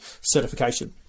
certification